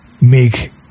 make